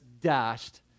dashed